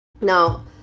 Now